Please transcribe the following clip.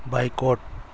boycott